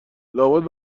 لابد